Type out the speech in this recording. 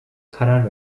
karar